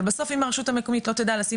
אבל בסוף אם הרשות המקומית לא תדע לשים